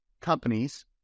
companies